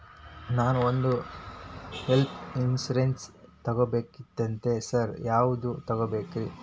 ನಾನ್ ಒಂದ್ health insurance ತಗಬೇಕಂತಿದೇನಿ sir ಯಾವದ ತಗಬೇಕ್ರಿ?